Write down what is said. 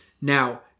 Now